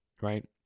right